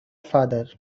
father